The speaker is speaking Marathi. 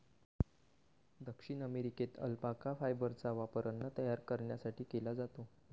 दक्षिण अमेरिकेत अल्पाका फायबरचा वापर अन्न तयार करण्यासाठी केला जातो